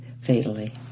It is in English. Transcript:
fatally